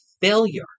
failure